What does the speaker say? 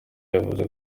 yavuze